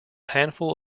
handful